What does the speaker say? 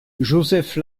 joseph